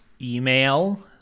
Email